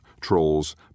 trolls